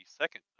second